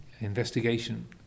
investigation